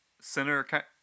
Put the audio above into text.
center